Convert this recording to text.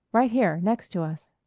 right here next to us.